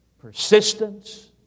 persistence